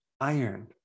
iron